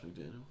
McDaniel